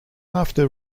after